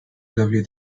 lovely